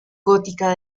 gótica